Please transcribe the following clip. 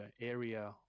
area